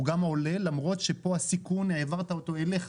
הוא גם עולה למרות שפה הסיכון העברת אותו אליך.